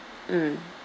mm